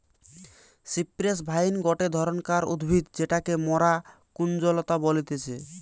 cypress vine গটে ধরণকার উদ্ভিদ যেটাকে মরা কুঞ্জলতা বলতিছে